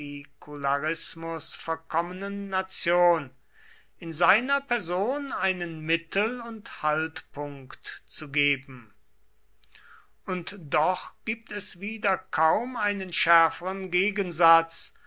partikularismus verkommenen nation in seiner person einen mittel und haltpunkt zu geben und doch gibt es wieder kaum einen schärferen gegensatz